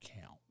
count